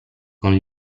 con